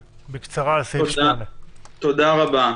כי מקום עבודה מוגדר בצורה מאוד מאוד רחבה,